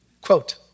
Quote